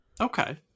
okay